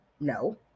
No